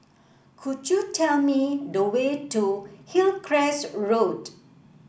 could you tell me the way to Hillcrest Road